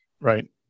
Right